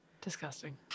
Disgusting